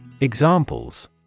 Examples